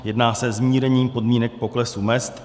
Jedná se o zmírnění podmínek poklesu mezd.